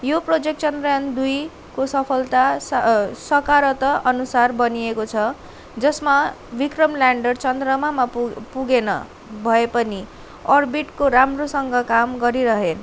यो प्रोजेक्ट चन्द्रयान दुईको सफलता स सकारत अनुसार बनिएको छ जसमा विक्रम लेन्डर चन्द्रमामा पुगेन भए पनि अर्बिटको राम्रोसँग काम गरिरहे